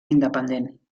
independent